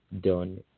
done